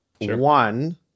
One